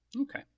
okay